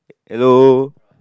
hello